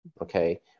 Okay